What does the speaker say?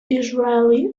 israeli